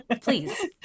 please